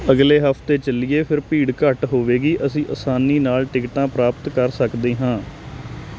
ਅਗਲੇ ਹਫਤੇ ਚੱਲੀਏ ਫਿਰ ਭੀੜ ਘੱਟ ਹੋਵੇਗੀ ਅਸੀਂ ਆਸਾਨੀ ਨਾਲ ਟਿਕਟਾਂ ਪ੍ਰਾਪਤ ਕਰ ਸਕਦੇ ਹਾਂ